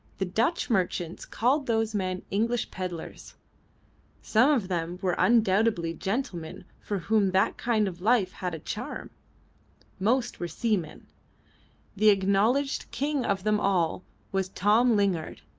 the dutch merchants called those men english pedlars some of them were undoubtedly gentlemen for whom that kind of life had a charm most were seamen the acknowledged king of them all was tom lingard,